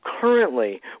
Currently